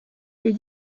est